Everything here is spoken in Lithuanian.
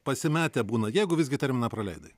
pasimetę būna jeigu visgi terminą praleidai